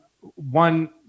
one